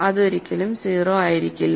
അത് ഒരിക്കലും 0 ആയിരിക്കില്ല